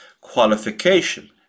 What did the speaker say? qualification